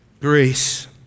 Grace